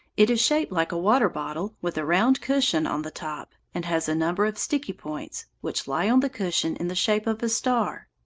it is shaped like a water-bottle with a round cushion on the top, and has a number of sticky points, which lie on the cushion in the shape of a star.